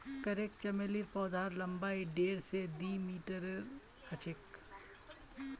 crepe चमेलीर पौधार लम्बाई डेढ़ स दी मीटरेर ह छेक